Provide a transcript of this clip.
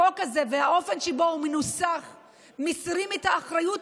החוק הזה והאופן שבו הוא מנוסח מסירים את האחריות